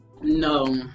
no